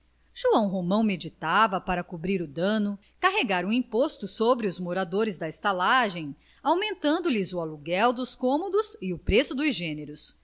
joão romão meditava para cobrir o dano carregar um imposto sobre os moradores da estalagem aumentando lhes o aluguel dos cômodos e o preço dos gêneros